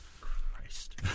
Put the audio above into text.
Christ